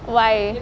why